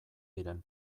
diren